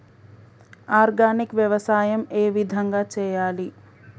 Organic వ్యవసాయం ఏ విధంగా చేయాలి?